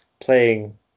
playing